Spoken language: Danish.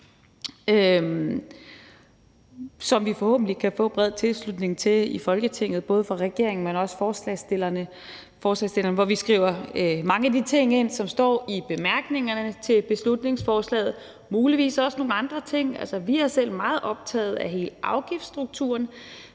som vi forhåbentlig kan få bred tilslutning til i Folketinget, både fra regeringen, men også fra forslagsstillerne, hvor vi skriver mange af de ting ind, som står i bemærkningerne til beslutningsforslaget, og muligvis også nogle andre ting. Altså, vi er selv meget optaget af hele afgiftsstrukturen,